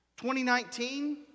2019